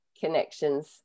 connections